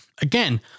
again